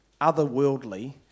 otherworldly